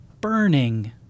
burning